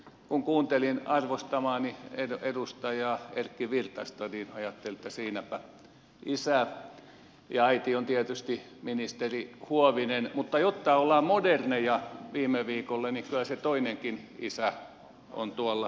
kun kuuntelin arvostamaani edustaja erkki virtasta ajattelin että siinäpä isä ja äiti on tietysti ministeri huovinen mutta jotta ollaan moderneja kuten viime viikolla niin kyllä se toinenkin isä on tuolla edustaja rehula